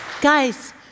Guys